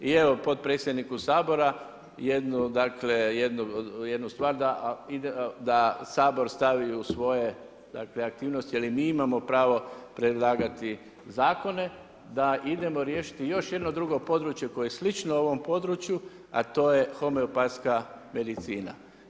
I evo potpredsjedniku Sabora jednu stvar da, da Sabor stavi u svoje, dakle aktivnosti jer i mi imamo pravo predlagati zakone, da idemo riješiti još jedno drugo područje koje je slično ovom području, a to je homeopatska medicina.